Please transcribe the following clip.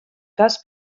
cas